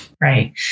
Right